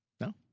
No